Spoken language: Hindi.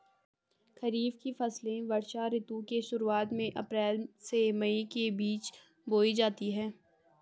खरीफ की फसलें वर्षा ऋतु की शुरुआत में, अप्रैल से मई के बीच बोई जाती हैं